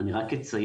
אני רק אציין